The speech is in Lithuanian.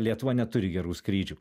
lietuva neturi gerų skrydžių